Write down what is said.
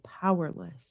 powerless